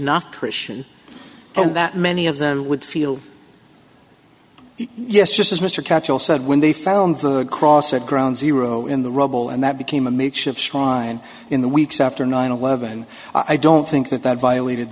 not christian and that many of them would feel yes just as mr catchall said when they found the cross at ground zero in the rubble and that became a makeshift shrine in the weeks after nine eleven i don't think that that violated